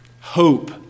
hope